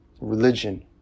Religion